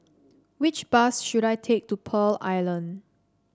which bus should I take to Pearl Island